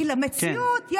כי למציאות, כן.